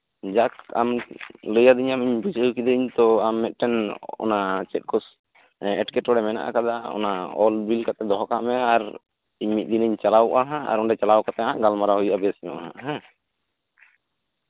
ᱡᱟᱠ ᱟᱢ ᱞᱟᱹᱭ ᱟᱹᱫᱤᱧᱟᱢ ᱵᱩᱡᱷᱟᱹᱣ ᱠᱤᱫᱟᱹᱧ ᱛᱳ ᱟᱢ ᱢᱤᱫᱴᱟᱱ ᱪᱮᱫ ᱠᱚ ᱮᱴᱠᱮᱴᱚᱲᱮ ᱢᱮᱱᱟᱜ ᱠᱟᱫᱟ ᱚᱱᱟ ᱚᱞ ᱵᱤᱞ ᱠᱟᱛᱮᱜ ᱫᱚᱦᱚ ᱠᱟᱜ ᱢᱮ ᱟᱨ ᱤᱧ ᱢᱤᱫᱫᱤᱱ ᱪᱟᱞᱟᱣᱚᱜᱼᱟ ᱦᱟᱜ ᱟᱨ ᱪᱟᱞᱟᱣ ᱠᱟᱛᱮᱜ ᱜᱟᱞᱢᱟᱨᱟᱣ ᱦᱩᱭᱩᱜᱼᱟ ᱵᱮᱥ ᱧᱚᱜ ᱦᱮᱸ